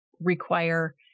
require